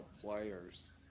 players